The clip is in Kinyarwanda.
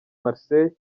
marseille